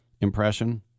impression